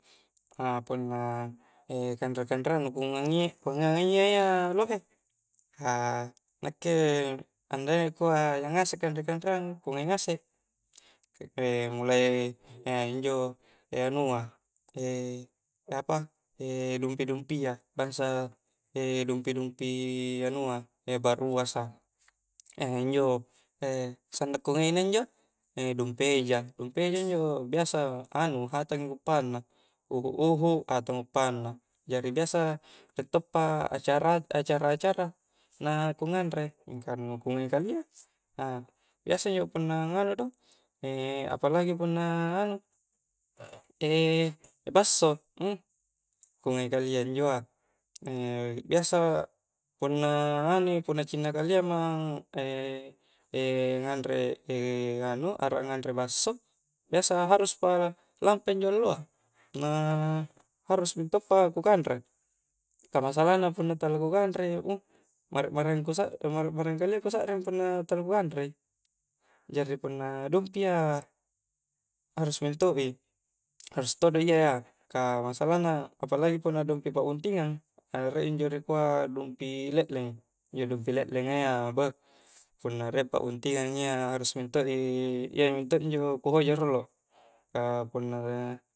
Ah punna e' kanre'-kanreang na ku ngai' ku ngai'a ya lohe' kah nakke' andai' yang kua' injo' ngase' kanre'-kanreang' ku ngai' ngaseng ke're mulai e' injo' e' anua' e' e' apa e' dumpi'-dumpi' ya, bangsa' e' dumpi'-dumpi' anua', e' baruasa e' injo' e' sannang ku ngai'nna injo' dumpi' eja', dumpi' eja' injo' biasa anu' hattangi beppanna', uhu'-uhu' hatang bepanna jari' biasa re' to pa acara-acara', acara-acara' na ku nganre' mingka nu' kungai' kalia' a biasa injo' punna nganu' do e' apalagi punna nganu' e' basso' hm kungai' kalia' njoa' e' biasa punna anu'i, punna cinna kalea' mang e' nganre' e' nganu a'ra nganre' basso' biasa harus pa lampa injo' allo'a na harus minto'pa ku kanre' kah masalahna punna tala ku kanre' uh mara'-maraeng' ku sa' mara'-maraeng ku sa'ring punna tala ku kanre'i jari' punna dokki'a harus minto'i harus todo' iya, kah masalahna palagi punna dumpi' pa'buntingan' re' injo' dikua' dumpi' le'leng injo' dumpi le'lenga iya beh punna re' pabuntingan ya iya harus minto'i iya mi to'njo ku hoja' rolo kah punna